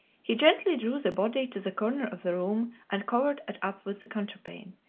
he gently drew the body to the corner of the room, and covered it up with the counterpane,